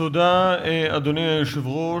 אדוני היושב-ראש,